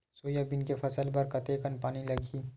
Soybean के फसल बर कतेक कन पानी लगही?